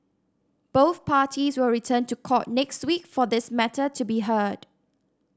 both parties will return to court next week for this matter to be heard